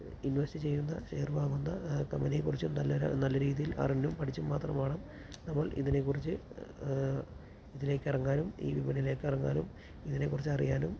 invest ചെയ്യുന്ന share വാങ്ങുന്ന കമ്പനിയെക്കുറിച്ചും നല്ല രീതിയിൽ അറിഞ്ഞും പഠിച്ചും മാത്രമാണ് നമ്മൾ ഇതിനെക്കുറിച്ച് ഇതിലേക്കിറങ്ങാനും ഈ വിപണിയിലേക്കിറങ്ങാനും ഇതിനെക്കുറിച്ചറിയാനും